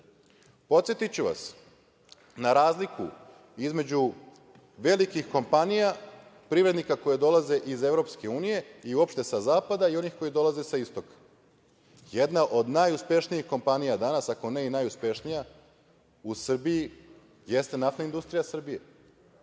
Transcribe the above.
Srbiji. Podsetiću vas na razliku između velikih kompanija, privrednika koji dolaze iz Evropske unije i uopšte sa zapada i onih koje dolaze sa istoka. Jedna od najuspešnijih kompanija danas, ako ne i najuspešnija u Srbiji jeste Naftna industrija Srbije.